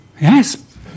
Yes